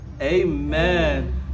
Amen